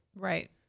Right